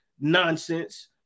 nonsense